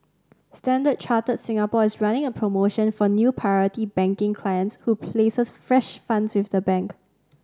Standard Chartered Singapore is running a promotion for new Priority Banking clients who places fresh funds with the bank